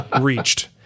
reached